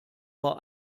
war